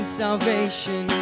salvation